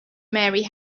mary